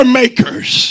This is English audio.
makers